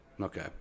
Okay